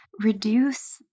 reduce